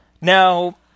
Now